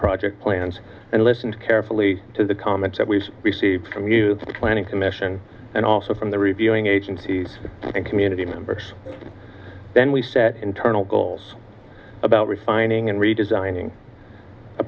project plans and listened carefully to the comments that we've received from you the planning commission and also from the reviewing agencies and community members then we set internal goals about refining and redesigning a